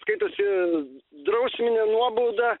skaitosi drausminė nuobauda